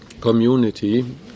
community